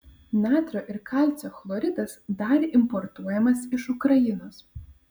natrio ir kalcio chloridas dar importuojamas iš ukrainos